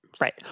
Right